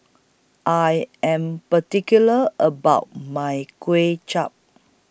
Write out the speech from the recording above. I Am particular about My Kuay Chap